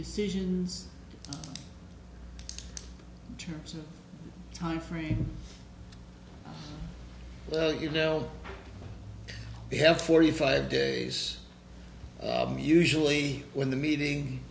decisions terms of time frame well you know we have forty five days usually when the meeting